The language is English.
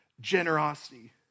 generosity